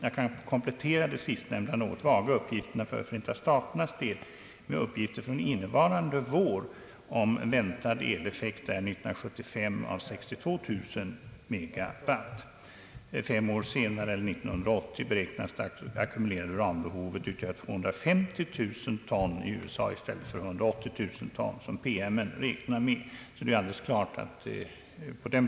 Jag kan komplettera de sistnämnda något vaga uppgifterna för Förenta staternas del med uppgifter från innevarande vår om väntad eleffekt där år 1975 av 62 000 megawatt. Fem år senare eller 1980 beräknades det ackumulerade uranbehovet i USA utgöra 250 000 ton i stället för 180 000 ton, som promemorian räknar med.